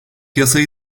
yasayı